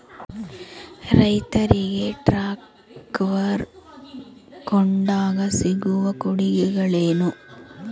ರೈತರಿಗೆ ಟ್ರಾಕ್ಟರ್ ಕೊಂಡಾಗ ಸಿಗುವ ಕೊಡುಗೆಗಳೇನು?